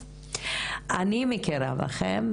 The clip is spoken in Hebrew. אני מכירה בכן,